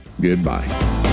Goodbye